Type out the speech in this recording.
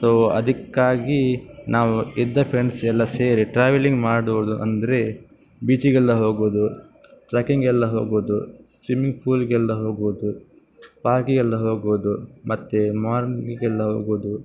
so ಅದಕ್ಕಾಗಿ ನಾವು ಇದ್ದ ಫ್ರೆಂಡ್ಸ್ ಎಲ್ಲ ಸೇರಿ ಟ್ರಾವೆಲಿಂಗ್ ಮಾಡೋದು ಅಂದರೆ ಬೀಚಿಗೆಲ್ಲ ಹೋಗೋದು ಟ್ರೆಕಿಂಗ್ ಎಲ್ಲ ಹೋಗೋದು ಸ್ವಿಮ್ಮಿಂಗ್ ಫೂಲ್ಗೆಲ್ಲ ಹೋಗೋದು ಪಾರ್ಕಿಗೆಲ್ಲ ಹೋಗೋದು ಮತ್ತು ಮಾಲ್ಗೆಲ್ಲ ಹೋಗೋದು